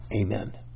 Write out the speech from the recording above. Amen